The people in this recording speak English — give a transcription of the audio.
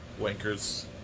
Wankers